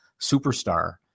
superstar